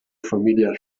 familiar